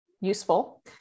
useful